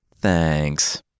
Thanks